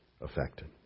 affected